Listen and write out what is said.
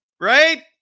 Right